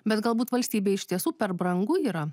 bet galbūt valstybei iš tiesų per brangu yra